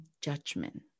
judgment